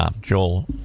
Joel